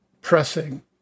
pressing